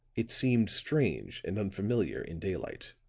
it seemed strange and unfamiliar in daylight.